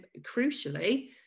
crucially